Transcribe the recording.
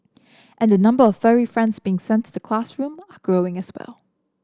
and the number of furry friends being sent to the classroom are growing as well